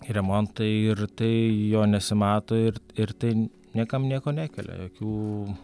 remontai ir tai jo nesimato ir ir tai niekam nieko nekelia jokių